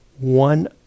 One